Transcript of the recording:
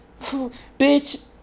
Bitch